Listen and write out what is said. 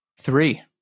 three